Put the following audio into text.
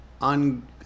on